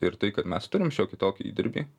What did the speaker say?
ir tai kad mes turim šiokį tokį įdirbį